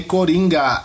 Coringa